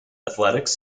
athletics